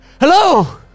Hello